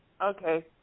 Okay